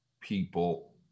people